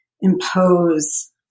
impose